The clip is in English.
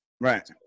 right